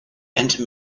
and